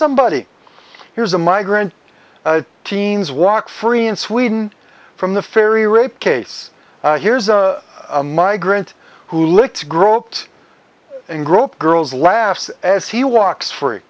somebody here's a migrant teens walk free in sweden from the ferry rape case here's a a migrant who looks groped and groped girls laughs as he walks free